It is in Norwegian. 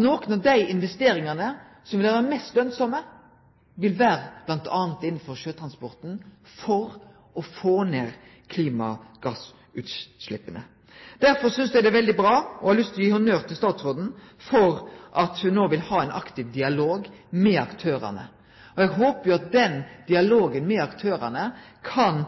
nokre av dei investeringane som vil vere mest lønsame, vil m.a. vere innanfor sjøtransporten for å få ned klimagassutsleppa. Derfor synest eg det er veldig bra og har lyst til å gi honnør til statsråden for at ho no vil ha ein aktiv dialog med aktørane. Eg håpar at den dialogen med aktørane nettopp kan